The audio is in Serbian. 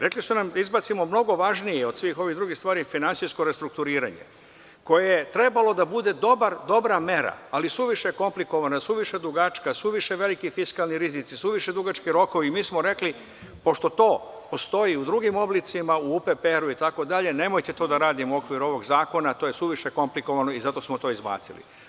Rekli su nam da izbacimo mnogo važnije od svih ovih drugih stvari, finansijsko restrukturiranje koje je trebalo da bude dobra mera, ali suviše komplikovana, suviše dugačka, suviše veliki fiskalni rizici, suviše dugački rokovi i mi smo rekli - pošto to postoji u drugim oblicima u UPPR itd, nemojte to da radimo u okviru ovog zakona, a to je suviše komplikovano i zato smo to izbacili.